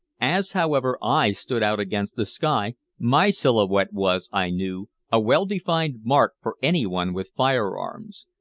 as, however, i stood out against the sky, my silhouette was, i knew, a well-defined mark for anyone with fire-arms.